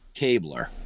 Cabler